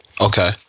Okay